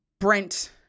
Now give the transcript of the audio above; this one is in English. Brent